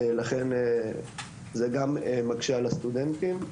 לכן זה גם מקשה על הסטודנטים.